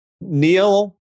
Neil